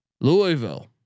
Louisville